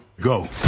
Go